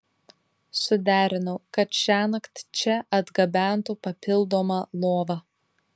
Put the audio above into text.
suderinau kad šiąnakt čia atgabentų papildomą lovą